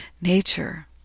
nature